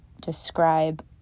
describe